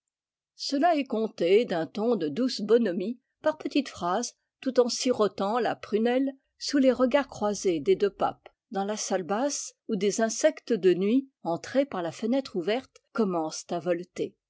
cela est conté d'un ton de douce bonhomie par petites phrases tout en sirotant la prunelle sous les regards croisés des deux papes dans la salle basse où des insectes de nuit entrés par la fenêtre ouverte commencent à voleter